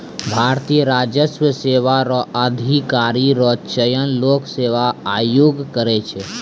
भारतीय राजस्व सेवा रो अधिकारी रो चयन लोक सेवा आयोग करै छै